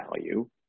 value